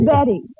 Betty